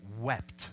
wept